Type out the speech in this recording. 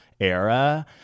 era